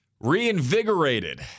Reinvigorated